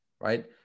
right